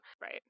Right